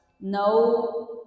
no